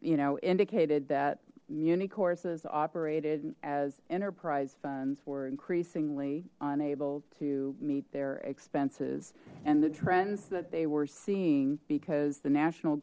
you know indicated that muny courses operated as enterprise funds were increasingly unable to meet their expenses and the trends that they were seeing because the national